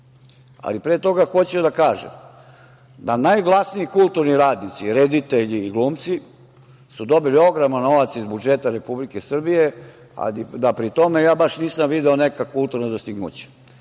Ali, pre toga, hoću da kažem da najglasniji kulturni radnici, reditelji i glumci su dobili ogroman novac iz budžeta Republike Srbije, a da pri tome ja baš i nisam video neka kulturna dostignuća. Recimo,